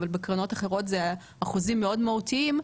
אבל בקרנות אחרות זה אחוזים מאוד מהותיים,